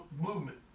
movement